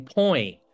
point